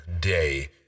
day